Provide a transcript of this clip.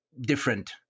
different